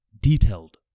detailed